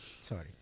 Sorry